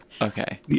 Okay